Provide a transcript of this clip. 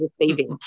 receiving